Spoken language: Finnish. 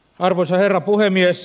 arvoisa herra puhemies